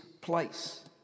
place